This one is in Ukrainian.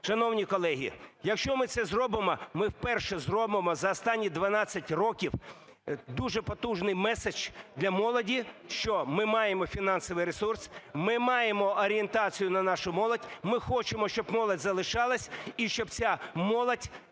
Шановні колеги, якщо ми це зробимо, ми вперше зробимо за останні 12 років дуже потужний меседж для молоді, що ми маємо фінансовий ресурс, ми маємо орієнтацію на нашу молодь, ми хочемо, щоб молодь залишалась і щоб ця молодь